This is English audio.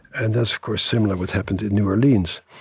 and that's, of course, similar what happened in new orleans,